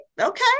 Okay